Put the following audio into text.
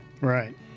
right